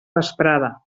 vesprada